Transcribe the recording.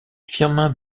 firmin